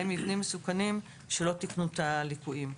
מבנים מסוכנים שלא תיקנו את הליקויים.